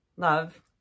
love